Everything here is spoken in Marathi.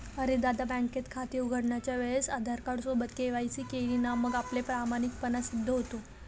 अरे दादा, बँकेत खाते उघडण्याच्या वेळेस आधार कार्ड सोबत के.वाय.सी केली ना मग आपला प्रामाणिकपणा सिद्ध होतो